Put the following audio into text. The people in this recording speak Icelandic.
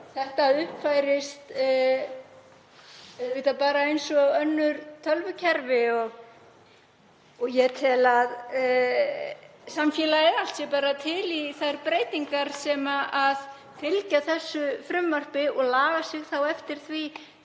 Þetta uppfærist eins og önnur tölvukerfi og ég tel að samfélagið allt sé bara til í þær breytingar sem fylgja þessu frumvarpi og lagi sig eftir því